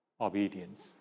obedience